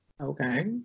Okay